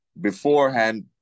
beforehand